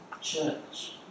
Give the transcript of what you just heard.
church